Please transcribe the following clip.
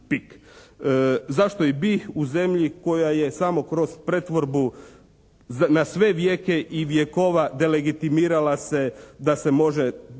Zašto i bi u zemlji koja je samo kroz pretvorbu na sve vijeke i vjekova delegitimirala se da se može